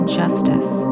justice